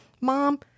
mom